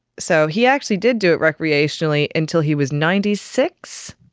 so he actually did do it recreationally until he was ninety six,